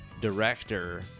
director